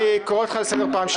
אני קורא אותך לסדר פעם שנייה.